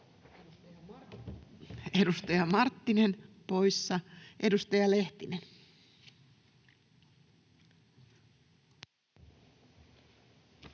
Edustaja Marttinen poissa. — Edustaja Lehtinen.